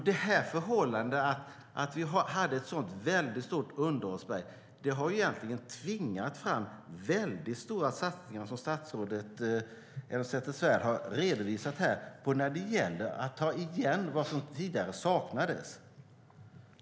Detta att vi hade ett sådant underhållsberg har tvingat fram väldigt stora satsningar, som statsrådet Elmsäter-Svärd har redovisat här, för att ta igen vad som saknades.